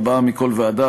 ארבעה מכל ועדה,